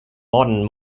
modern